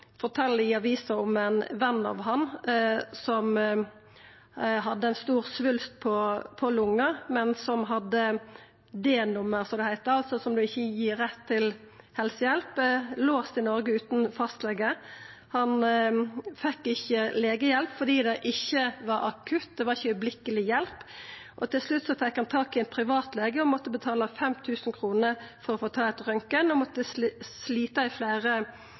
som hadde ein stor svulst på lunga, men som hadde D-nummer, som det heiter, som ikkje gir rett til helsehjelp, og var låst i Noreg utan fastlege. Han fekk ikkje legehjelp fordi det ikkje var akutt. Til slutt fekk han tak i ein privat lege og måtte betala 5 000 kr for å få tatt røntgen, og han måtte slita i fleire